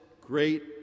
great